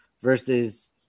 versus